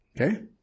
Okay